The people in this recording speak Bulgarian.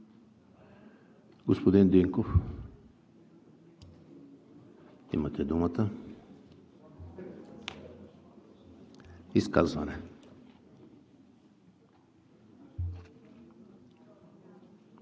Господин Динков, имате думата за изказване.